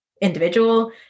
individual